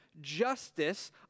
justice